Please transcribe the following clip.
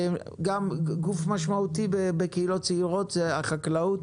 גם גוף משמעותי בקהילות צעירות זו החקלאות.